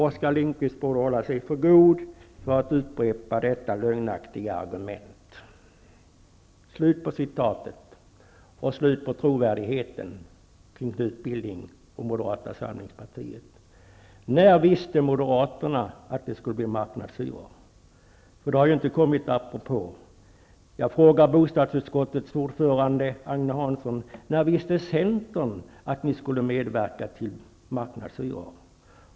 Oskar Lindqvist borde hålla sig för god för att upprepa dessa lögnaktiga argument.'' Slut på citatet och slut på trovärdheten, Knut Billing och Moderata samlingspartiet! När visste Moderaterna att det skulle bli marknadshyror? För de har väl inte kommit helt apropå. Jag vill fråga utskottets ordförande Agne Hansson: När visste Centern att ni skulle medverka till marknadshyror?